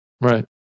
Right